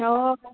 हय